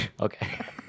Okay